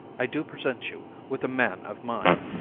i do present you with a man of mine,